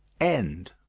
end